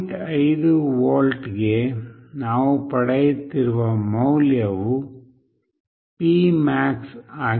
5 ವೋಲ್ಟ್ಗೆ ನಾವು ಪಡೆಯುತ್ತಿರುವ ಮೌಲ್ಯವು P max ಆಗಿದೆ